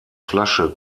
flasche